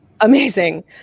Amazing